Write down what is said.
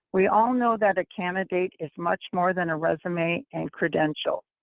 we all know that a candidate is much more than a resume and credential.